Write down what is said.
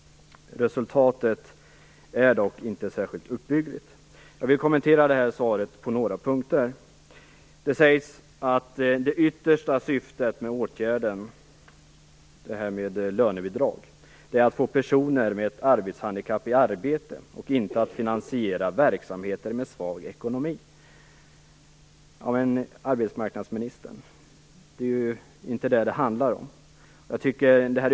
Resultatet är dock inte särskilt uppbyggligt. Jag vill kommentera svaret på några punkter. Det sägs att det yttersta syftet med åtgärden lönebidrag är att få personer med arbetshandikapp i arbete och inte att finansiera verksamheter med svag ekonomi. Men det är ju inte det saken handlar om.